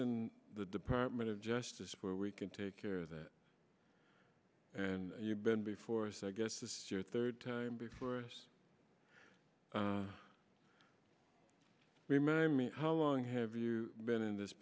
in the department of justice where we can take care that and you've been before so i guess this is your third time before us we met i mean how long have you been in this